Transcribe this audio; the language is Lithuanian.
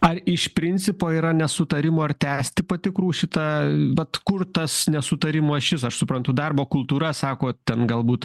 ar iš principo yra nesutarimų ar tęsti patikrų šitą vat kur tas nesutarimo ašis aš suprantu darbo kultūra sakot ten galbūt